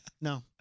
No